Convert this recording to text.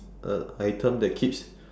a item that keeps